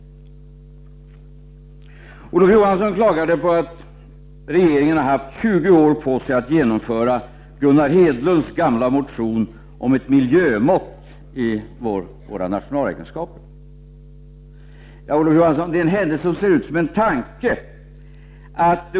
Olof Johansson påtalade att regeringen har haft 20 år på sig att genomföra Hedlunds gamla motionskrav om ett miljömått i våra nationalräkenskaper. Det är en händelse som ser ut som en tanke.